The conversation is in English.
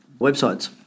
websites